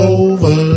over